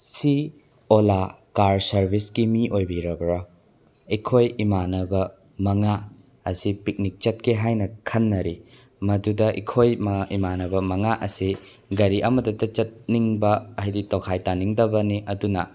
ꯁꯤ ꯑꯣꯜꯂꯥ ꯀꯥꯔ ꯁꯥꯔꯕꯤꯁꯀꯤ ꯃꯤ ꯑꯣꯏꯕꯤꯔꯕ꯭ꯔ ꯑꯩꯈꯣꯏ ꯏꯃꯥꯅꯕ ꯃꯉꯥ ꯑꯁꯤ ꯄꯤꯛꯅꯤꯛ ꯆꯠꯀꯦ ꯍꯥꯏꯅ ꯈꯟꯅꯔꯤ ꯃꯗꯨꯗ ꯑꯩꯈꯣꯏ ꯏꯃꯥꯅꯕ ꯃꯉꯥ ꯑꯁꯤ ꯒꯥꯔꯤ ꯑꯃꯗꯇ ꯆꯠꯅꯤꯡꯕ ꯍꯥꯏꯗꯤ ꯇꯣꯈꯥꯏ ꯇꯥꯅꯤꯡꯗꯕꯅꯤ ꯑꯗꯨꯅ